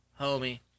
homie